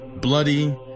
bloody